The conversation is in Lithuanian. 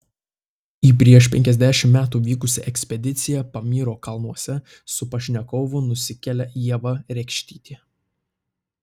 į prieš penkiasdešimt metų vykusią ekspediciją pamyro kalnuose su pašnekovu nusikelia ieva rekštytė